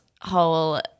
whole